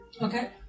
Okay